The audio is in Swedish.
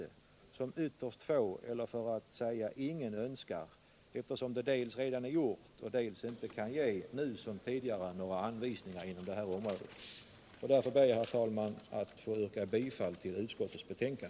Det är något som ytterst få — för att inte säga ingen — önskar, eftersom dels det mesta redan är gjort, dels inga anvisningar inom detta område kan ges. Därför ber jag, herr talman, att få yrka bifall till utskottets hemställan.